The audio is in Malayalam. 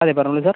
അതെ പറഞ്ഞോളൂ സാർ